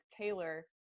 Taylor